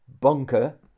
bunker